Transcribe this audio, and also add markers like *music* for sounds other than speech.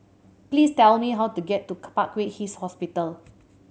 please tell me how to get to *unintelligible* Parkway East Hospital